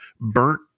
burnt